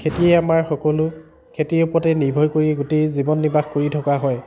খেতিয়েই আমাৰ সকলো খেতিৰ ওপৰতেই নিৰ্ভৰ কৰিয়েই গোটেই জীৱন নিৰ্বাহ কৰি থকা হয়